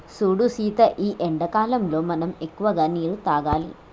సూడు సీత గీ ఎండాకాలంలో మనం ఎక్కువగా నీరును తాగాలి